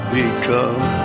become